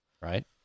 Right